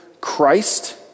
Christ